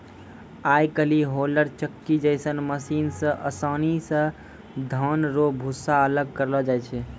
आय काइल होलर चक्की जैसन मशीन से आसानी से धान रो भूसा अलग करलो जाय छै